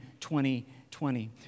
2020